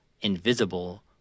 invisible